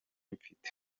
mfite